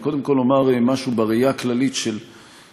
אני קודם כול אומר משהו בראייה הכללית של הדרך